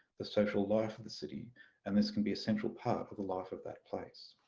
the social life of the city and this can be a central part of the life of that place.